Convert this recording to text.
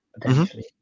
potentially